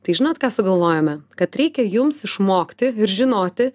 tai žinot ką sugalvojome kad reikia jums išmokti ir žinoti